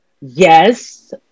Yes